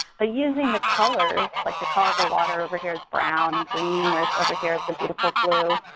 ah using the colors, like the color of the water over here is brown and green whereas over here it's a beautiful blue.